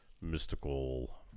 mystical